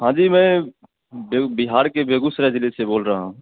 हाँ जी मैं बिहार के बेगूसराय जिले से बोल रहा हूँ